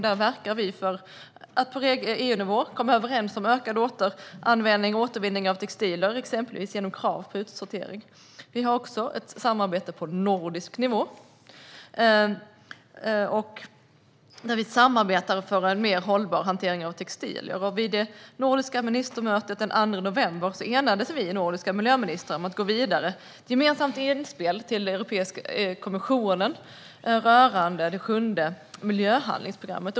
Där verkar vi för att på EU-nivå komma överens om ökad återanvändning och återvinning av textilier, exempelvis genom krav på utsortering. Vi har också ett samarbete på nordisk nivå för mer hållbar hantering av textilier. Vid det nordiska ministermötet den 2 november enades vi nordiska miljöministrar om att gå vidare med ett gemensamt inspel till Europeiska kommissionen rörande det sjunde miljöhandlingsprogrammet.